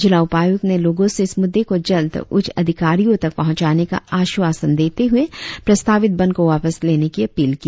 जिला उपायुक्त ने लोगों से इस मुद्दे को जल्द उच्च अधिकारियों तक पहुचाने का आश्वासन देते हुए प्रस्तावित बंद को वापस लेने की अपील की